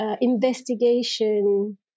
investigation